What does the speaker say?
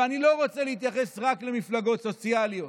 ואני לא רוצה להתייחס רק למפלגות סוציאליות.